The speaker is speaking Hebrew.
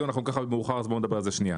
אנחנו גם ככה מאוחר אז בוא נדבר על זה שנייה,